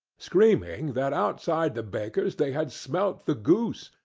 screaming that outside the baker's they had smelt the goose,